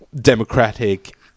democratic